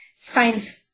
science